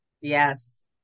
Yes